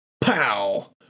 Pow